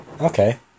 Okay